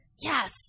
yes